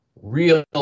Real